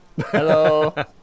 Hello